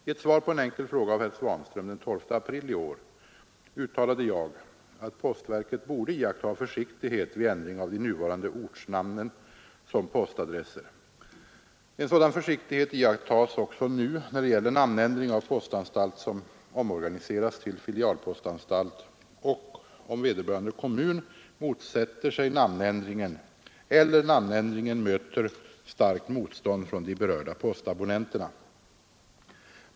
I ett svar på en enkel fråga av herr Svanström den 12 april i år uttalade jag att postverket borde iaktta försiktighet vid ändring av de nuvarande ortnamnen som postadresser. En sådan försiktighet iakttas också nu, när det gäller namnändring av postanstalt som omorganiseras till filialpostanstalt och om vederbörande kommun motsätter sig namnändringen eller namnändringen möter starkt motstånd från de berörda postabonnenterna.